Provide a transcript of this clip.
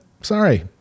Sorry